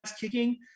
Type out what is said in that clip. kicking